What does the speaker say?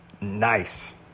Nice